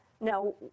Now